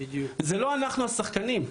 זה לא אנחנו השחקנים.